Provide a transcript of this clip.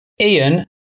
Ian